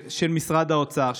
של משרד האוצר,